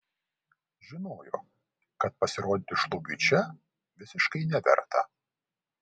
žinojo kad pasirodyti šlubiui čia visiškai neverta